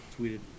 tweeted